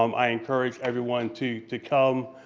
um i encourage everyone to to come.